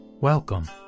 Welcome